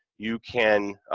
you can,